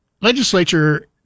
legislature